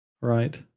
right